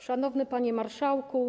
Szanowny Panie Marszałku!